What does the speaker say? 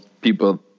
people